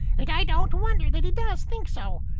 and i don't wonder that he does think so.